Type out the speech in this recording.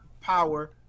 power